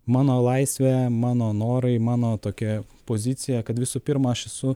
mano laisvė mano norai mano tokia pozicija kad visų pirma aš esu